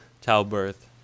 childbirth